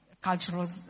cultural